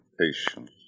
Patience